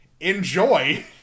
Enjoy